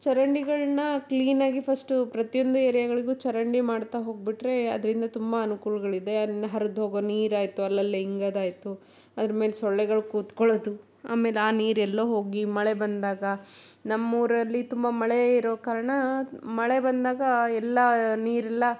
ಚರಂಡಿಗಳನ್ನ ಕ್ಲೀನಾಗಿ ಫಸ್ಟು ಪ್ರತಿಯೊಂದು ಏರ್ಯಾಗಳಿಗು ಚರಂಡಿ ಮಾಡ್ತಾ ಹೋಗಿಬಿಟ್ರೆ ಅದರಿಂದ ತುಂಬ ಅನುಕೂಲ್ಗಳಿದೆ ಅಲ್ಲಿನ ಹರ್ದು ಹೋಗೋ ನೀರಾಯಿತು ಅಲ್ಲಲ್ಲಿ ಹಿಂಗದಾಯಿತು ಅದ್ರ ಮೇಲೆ ಸೊಳ್ಳೆಗಳು ಕೂತ್ಕೊಳ್ಳೋದು ಆಮೇಲೆ ಆ ನೀರು ಎಲ್ಲೋ ಹೋಗಿ ಮಳೆ ಬಂದಾಗ ನಮ್ಮೂರಲ್ಲಿ ತುಂಬ ಮಳೆ ಇರೋ ಕಾರಣ ಮಳೆ ಬಂದಾಗ ಎಲ್ಲ ನೀರೆಲ್ಲ